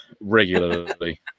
regularly